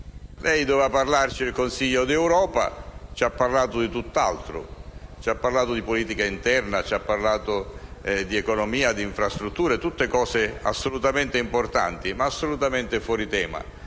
lei doveva parlarci del Consiglio d'Europa e invece ci ha parlato di tutt'altro. Ci ha parlato di politica interna, di economia e di infrastrutture, tutte cose assolutamente importanti, ma assolutamente fuori tema.